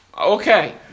Okay